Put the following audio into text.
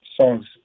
songs